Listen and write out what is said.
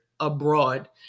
Abroad